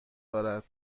دارد